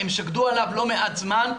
הם שקדו עליו לא מעט זמן,